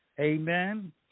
amen